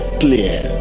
clear